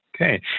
Okay